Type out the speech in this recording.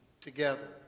together